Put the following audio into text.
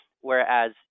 Whereas